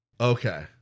Okay